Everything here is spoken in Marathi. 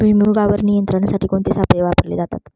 भुईमुगावर नियंत्रणासाठी कोणते सापळे वापरले जातात?